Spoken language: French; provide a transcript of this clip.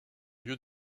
lieu